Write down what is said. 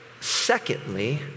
Secondly